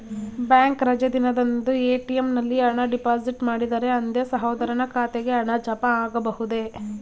Bank ರಜೆ ದಿನದಂದು ATM ನಲ್ಲಿ ಹಣ ಡಿಪಾಸಿಟ್ ಮಾಡಿದರೆ ಅಂದೇ ಸಹೋದರನ ಖಾತೆಗೆ ಹಣ ಜಮಾ ಆಗಬಹುದೇ?